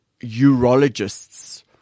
urologists